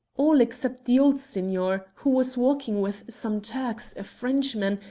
all except the old signor, who was walking with some turks, a frenchman,